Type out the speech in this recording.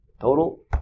Total